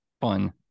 fun